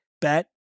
bet